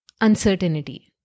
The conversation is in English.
uncertainty